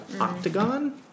octagon